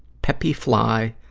peppy fly,